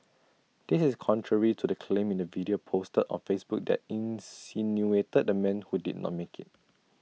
this is contrary to the claim in the video posted on Facebook that insinuated the man who did not make IT